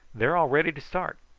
they're all ready to start.